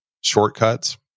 shortcuts